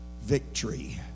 victory